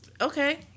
Okay